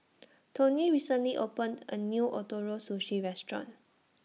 Toney recently opened A New Ootoro Sushi Restaurant